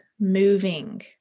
moving